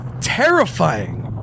terrifying